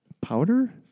Powder